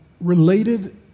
related